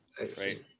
Right